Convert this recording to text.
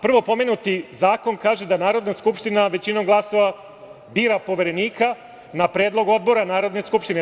Prvo pomenuti zakon kaže da Narodna skupština većinom glasova bira Poverenika na predlog Odbora Narodne skupštine.